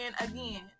again